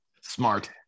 Smart